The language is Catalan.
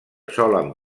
solen